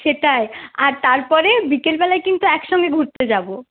সেটাই আর তারপরে বিকেলবেলায় কিন্তু একসঙ্গে ঘুরতে যাবো